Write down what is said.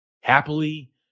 happily